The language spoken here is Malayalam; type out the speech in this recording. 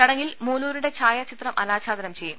ചടങ്ങിൽ മൂലൂരിന്റെ ഛായാചിത്രം അനാഛാദനം ചെയ്യും